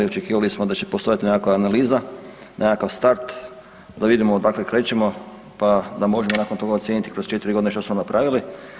Očekivali smo da će postojati nekakva analiza, nekakav start da vidimo odakle krećemo, pa da možemo nakon toga ocijeniti kroz 4 godine što smo napravili.